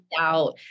out